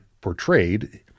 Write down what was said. portrayed